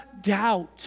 doubt